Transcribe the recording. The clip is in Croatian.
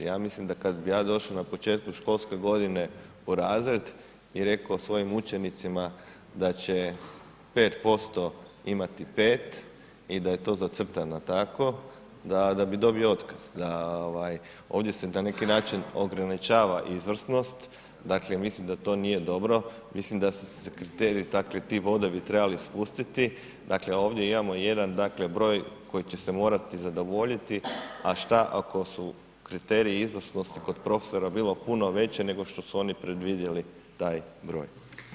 Ja mislim da kad bi ja došao na početku školske godine u razred i rekao svojim učenicima da će 5% imati 5 i da je to zacrtana tako, da bi dobio otkaz, da ovdje se na neki način ograničava izvrsnost, dakle, mislim da to nije dobro, mislim da su se kriteriji takvi ti bodovi trebali spustiti, dakle, ovdje imamo jedan, dakle, broj koji će se morati zadovoljiti, a šta ako su kriteriji izvrsnosti kod profesora bili puno veći nego što su oni predvidjeli taj broj.